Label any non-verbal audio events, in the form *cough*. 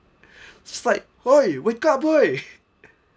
is like !oi! wake up boy *laughs*